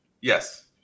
yes